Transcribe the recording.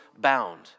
bound